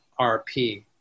RP